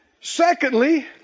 Secondly